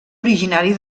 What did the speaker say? originari